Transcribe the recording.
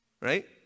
Right